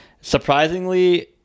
surprisingly